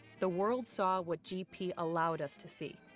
the world saw what gp allowed us to see,